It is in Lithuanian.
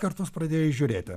kartus pradėjo įžiūrėti